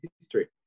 History